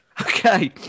Okay